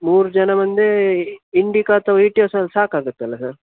ಮೂರು ಜನ ಒಂದೇ ಇಂಡಿಕಾ ಅಥವಾ ಇಟಿಯೋಸಲ್ಲಿ ಸಾಕಾಗುತ್ತಲ್ಲ ಸರ್